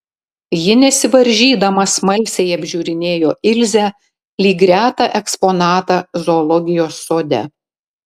ji nesivaržydama smalsiai apžiūrinėjo ilzę lyg retą eksponatą zoologijos sode